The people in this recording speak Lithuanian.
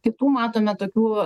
kitų matome tokių